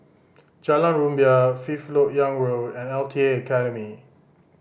Jalan Rumbia Fifth Lok Yang Road and L T A Academy